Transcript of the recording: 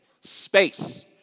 Space